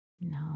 No